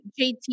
JT